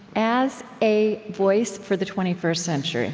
as a voice for the twenty first century